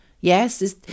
Yes